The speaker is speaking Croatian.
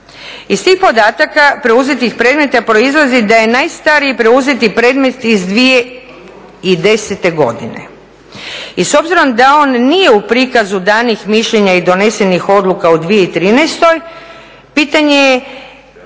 Iz tih podataka preuzetih predmeta proizlazi da je najstariji preuzeti predmet iz 2010. i s obzirom da on nije u prikazu danih mišljenja i donesenih odluka u 2013. pitanje je